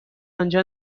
آنجا